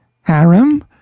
harem